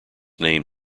name